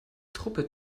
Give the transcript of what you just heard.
truppe